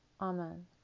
Amen